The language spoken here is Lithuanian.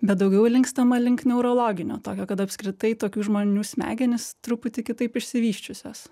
bet daugiau linkstama link neurologinio tokio kad apskritai tokių žmonių smegenys truputį kitaip išsivysčiusios